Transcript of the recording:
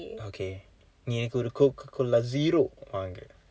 okay நீ எனக்கு ஒரு:nii enakku oru Coca-Cola zero வாங்கு:vaanku